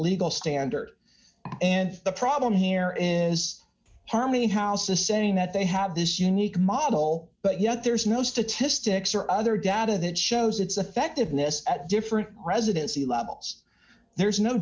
legal standard and the problem here is harming houses saying that they have this unique model but yet there's no statistics or other data that shows it's affected ness at different residency levels there is no